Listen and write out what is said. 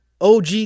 og